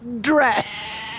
dress